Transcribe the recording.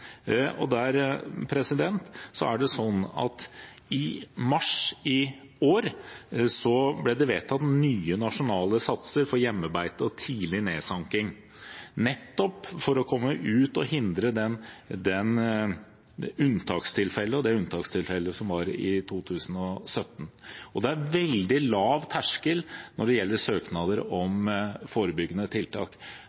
det i mars i år vedtatt nye nasjonale satser for hjemmebeite og tidlig nedsanking, nettopp for å komme ut og hindre den typen unntakstilfeller som vi hadde i 2017. Det er veldig lav terskel når det gjelder søknader om